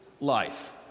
life